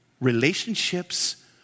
Relationships